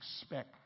expect